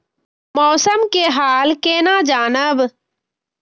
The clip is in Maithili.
मौसम के हाल केना जानब?